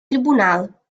tribunal